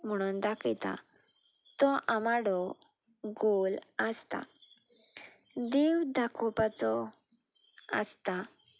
म्हुणून दाखयता तो आमाडो गोल आसता देव दाखोवपाचो आसता